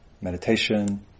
meditation